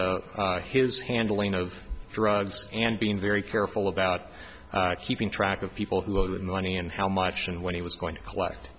his handling of drugs and being very careful about keeping track of people who owed money and how much and when he was going to collect